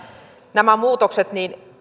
nämä muutokset